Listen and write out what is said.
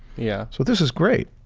yeah so this is great.